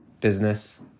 business